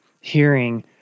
hearing